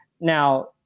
Now